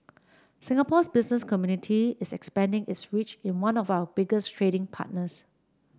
Singapore's business community is expanding its reach in one of our biggest trading partners